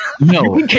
No